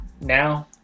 now